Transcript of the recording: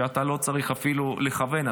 שאתה לא צריך אפילו לכוון.